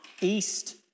east